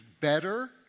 better